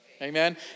Amen